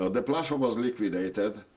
ah the plaszow was liquidated.